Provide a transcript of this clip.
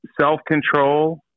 Self-control